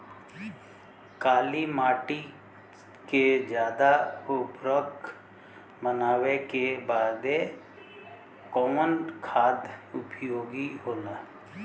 काली माटी के ज्यादा उर्वरक बनावे के बदे कवन खाद उपयोगी होला?